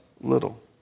little